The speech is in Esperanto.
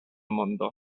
mondo